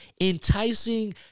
enticing